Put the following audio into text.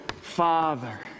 father